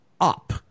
up